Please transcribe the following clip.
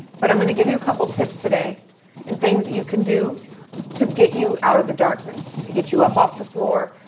but i m going to give you a couple of tips today and things that you can do to get you out of the darkness, to get you up off the floor,